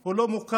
הוא לא מוכר